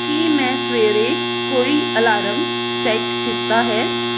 ਕੀ ਮੈਂ ਸਵੇਰੇ ਕੋਈ ਅਲਾਰਮ ਸੈੱਟ ਕੀਤਾ ਹੈ